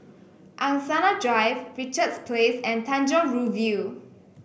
Angsana Drive Richards Place and Tanjong Rhu View